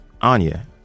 Anya